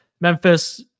Memphis